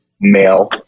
male